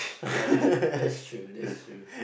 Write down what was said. ya that's true that's true